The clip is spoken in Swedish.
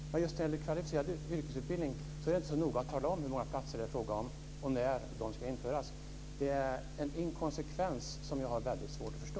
Men just när det gäller kvalificerad yrkesutbildning är det inte så noga att tala om hur många platser det är fråga om och när de ska införas. Det är en inkonsekvens som jag har väldigt svårt att förstå.